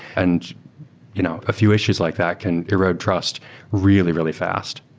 and you know a few issues like that can erode trust really, really fast.